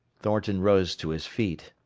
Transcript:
thornton rose to his feet.